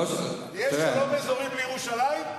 יש שלום אזורי בלי ירושלים?